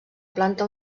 planta